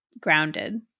grounded